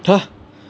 !huh!